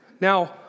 Now